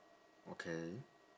okay